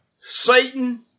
Satan